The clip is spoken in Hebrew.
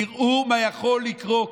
תראו מה יכול לקרות,